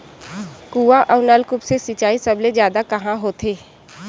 कुआं अउ नलकूप से सिंचाई सबले जादा कहां होथे?